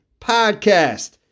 Podcast